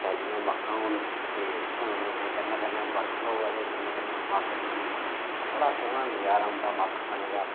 सैलियां मक्कां होने ते भुन्नने दे कन्नै कन्नै बरखा होऐ ते कन्नै कन्नै मक्क खानी बड़ा सौह्ना नजारा औंदा मक्क खाने दा